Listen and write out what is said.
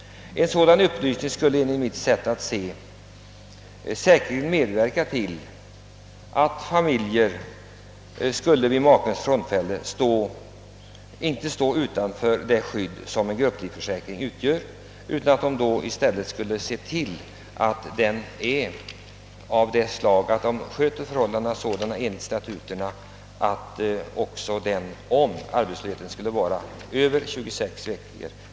En sådan upplysning skulle säkerligen medverka till att familjer vid familjefaderns frånfälle inte skulle stå utanför det skydd som en grupplivförsäkring utgör. Vederbörande skulle då kunna se till att försäkringen gäller även om arbetslösheten skulle vara över 26 veckor.